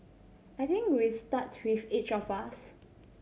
I think we start with each of us